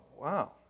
wow